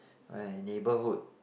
my neighbor would